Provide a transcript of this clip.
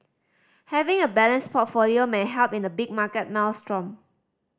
having a balanced portfolio may help in a big market maelstrom